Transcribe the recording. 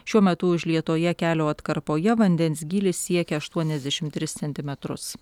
šiuo metu užlietoje kelio atkarpoje vandens gylis siekia aštuoniasdešimt tris centimetrus